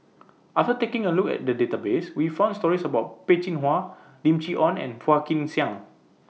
after taking A Look At The Database We found stories about Peh Chin Hua Lim Chee Onn and Phua Kin Siang